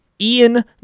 Ian